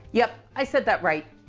yup, i said that right,